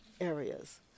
areas